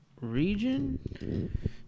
region